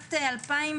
בשנת 2019